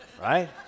right